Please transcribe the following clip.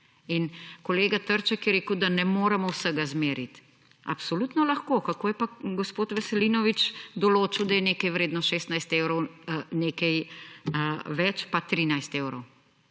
In kolega Trček je rekel, da ne moremo vsega izmeriti. Absolutno lahko, kako je pa gospod Veselinovič določil, da je nekaj vredno 16 evrov, nekaj več pa 13 evrov?